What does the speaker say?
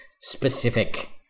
specific